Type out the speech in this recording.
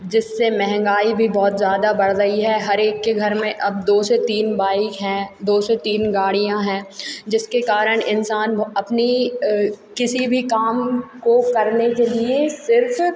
जिससे महंगाई भी बहुत ज़्यादा बढ़ रही है हर एक के घर में अब दो से तीन बाइक हैं दो से तीन गाड़ियाँ हैं जिसके कारण इंसान वो अपनी किसी भी काम को करने के लिए सिर्फ